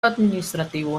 administrativo